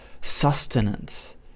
sustenance